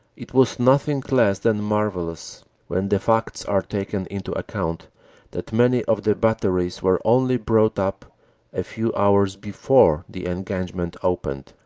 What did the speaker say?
it was nothing less than marvellous when the facts are taken into account that many of the batteries were only brought up a few hours before the engagement opened,